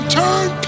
turn